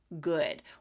good